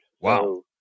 Wow